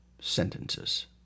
sentences